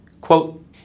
Quote